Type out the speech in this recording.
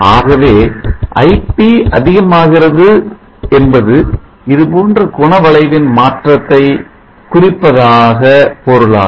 ஆகவே ip அதிகமாகிறது என்பது இதுபோன்ற குண வளைவின் மாற்றத்தை குறிப்பதாக பொருளாகும்